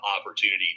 opportunity